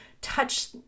touch